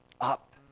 Up